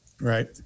Right